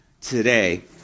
today